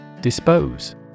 Dispose